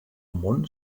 món